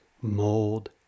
mold